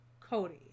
Cody